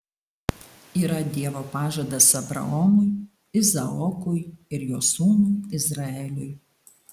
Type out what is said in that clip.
yra dievo pažadas abraomui izaokui ir jo sūnui izraeliui